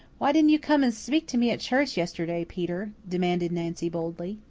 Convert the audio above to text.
why didn't you come and speak to me at church yesterday, peter? demanded nancy boldly.